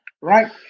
right